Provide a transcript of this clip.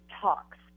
talks